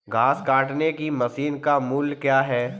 घास काटने की मशीन का मूल्य क्या है?